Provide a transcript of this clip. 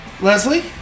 Leslie